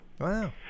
Wow